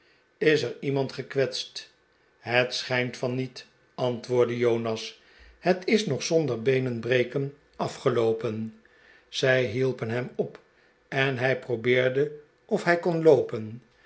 is er iemand gekwetst n het schijnt van niet antwoordde jonas het is nog zonder beenen breken afgeloopen zij hielpen hem op en hij probeerde of hij kon loopen